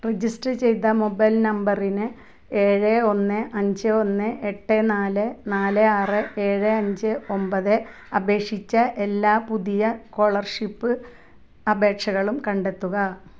register ചെയ്ത mobile നമ്പറിന് ഏഴ് ഒന്ന് അഞ്ച് ഒന്ന് എട്ട് നാല് നാല് ആറ് ഏഴ് അഞ്ച് ഒൻപത് അപേക്ഷിച്ച എല്ലാ പുതിയ സ്കോളർഷിപ്പ് അപേക്ഷകളും കണ്ടെത്തുക